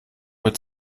wird